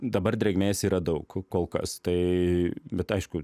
dabar drėgmės yra daug kol kas tai bet aišku